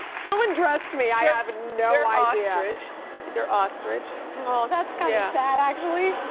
someone dressed me, i have no they're ostrich. oh, that's kind of sad actually.